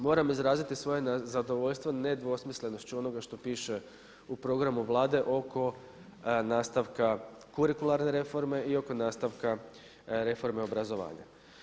Moram izraziti svoje zadovoljstvo ne dvosmislenošću onoga što piše u programu Vlade oko nastavka kurikularne reforme i oko nastavka reforme obrazovanja.